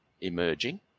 emerging